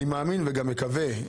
אני מאמין, וגם מקווה,